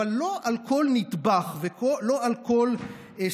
אבל לא על כל נדבך ולא על כל סגמנט